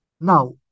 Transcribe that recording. Now